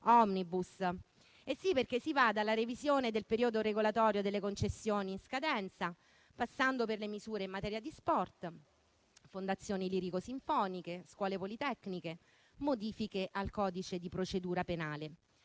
*omnibus*. Sì, perché si va dalla revisione del periodo regolatorio delle concessioni in scadenza, passando per le misure in materia di sport, fondazioni lirico-sinfoniche, scuole politecniche e modifiche al codice di procedura penale.